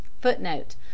Footnote